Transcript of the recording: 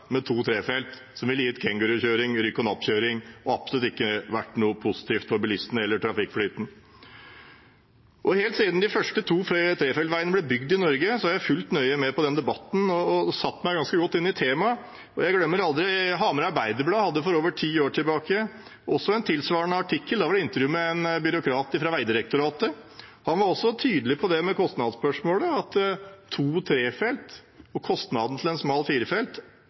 med to og tre felt, som ville gitt kengurukjøring, rykk-og-napp-kjøring og absolutt ikke vært noe positivt for bilistene eller trafikkflyten. Helt siden de første to- og trefeltsveiene ble bygd i Norge, har jeg fulgt nøye med på den debatten og satt meg ganske godt inn i temaet. Jeg glemmer aldri en tilsvarende artikkel Hamar Arbeiderblad hadde for over ti år tilbake. Da var det intervju med en byråkrat fra Vegdirektoratet. Han var også tydelig på det med kostnadsspørsmålet, at fra to- og trefeltsvei til en smal